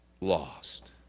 lost